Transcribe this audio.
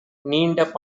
நீண்ட